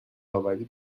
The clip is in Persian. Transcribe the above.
آوری